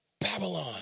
Babylon